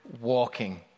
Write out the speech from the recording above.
walking